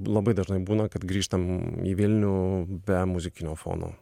labai dažnai būna kad grįžtam į vilnių be muzikinio fono